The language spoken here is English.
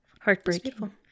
Heartbreaking